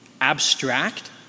abstract